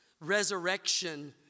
resurrection